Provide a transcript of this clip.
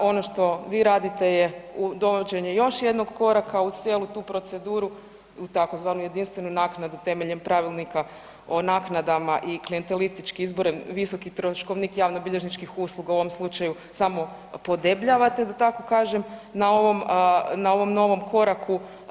A ono što vi radite je dovođenje još jednog koraka u cijelu tu proceduru u tzv. jedinstvenu naknadu temeljem pravilnika o naknadama i klijentelističke izbore, visoki troškovnik javnobilježničkih usluga u ovom slučaju samo podebljavate da tako kažem na ovom novom koraku.